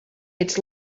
its